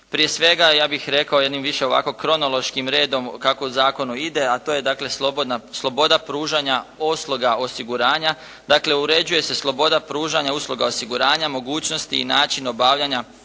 Prije svega, ja bih rekao jednim više ovako kronološkim redom kako u zakonu ide, a to je dakle sloboda pružanja usluga osiguranja, dakle uređuje se sloboda pružanja usluga osiguranja, mogućnosti i način obavljanja